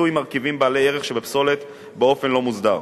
מיצוי מרכיבים בעלי ערך שבפסולת באופן לא מוסדר,